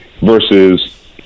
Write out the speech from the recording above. versus